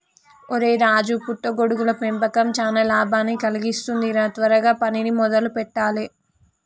ఒరై రాజు పుట్ట గొడుగుల పెంపకం చానా లాభాన్ని కలిగిస్తుంది రా త్వరగా పనిని మొదలు పెట్టాలే